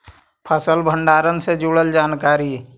फसल भंडारन से जुड़ल जानकारी?